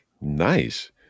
Nice